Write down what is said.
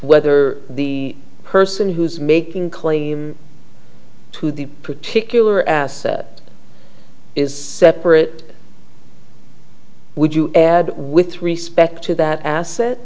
whether the person who's making claim to the particular asset is separate would you add with respect to that asset